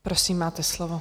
Prosím, máte slovo.